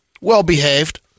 well-behaved